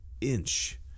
inch